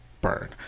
burn